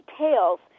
details